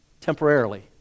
temporarily